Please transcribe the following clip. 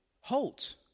halt